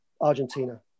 Argentina